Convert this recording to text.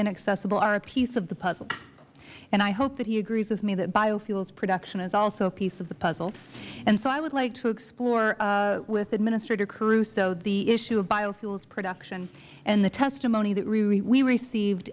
inaccessible are a piece of the puzzle and i hope that he agrees with me that biofuels production is also a piece of the puzzle and so i would like to explore with administrator caruso the issue of biofuels production and the testimony that we received